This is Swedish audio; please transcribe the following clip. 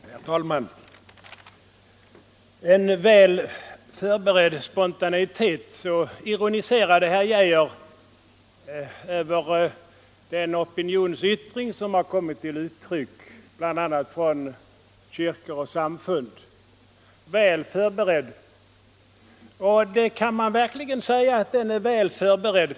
Herr talman! ”En väl förberedd spontanitet” — så ironiserade herr Arne Geijer i Stockholm om den opinionsyttring som har kommit till uttryck från bl.a. kyrkor och samfund. Ja, man kan verkligen säga att den är väl förberedd.